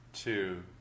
Two